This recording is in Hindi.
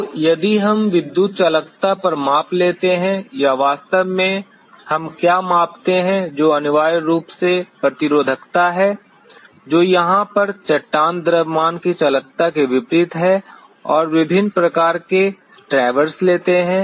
तो यदि हम विद्युत चालकता पर माप लेते हैं या वास्तव में हम क्या मापते हैं जो अनिवार्य रूप से प्रतिरोधकता है जो यहाँ पर चट्टान द्रव्यमान की चालकता के विपरीत है और विभिन्न प्रकार के ट्रैवर्स लेते हैं